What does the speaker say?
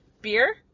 beer